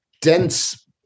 dense